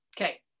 Okay